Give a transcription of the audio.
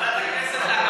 ועדת הכנסת,